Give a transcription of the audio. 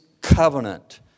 covenant